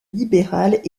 libérales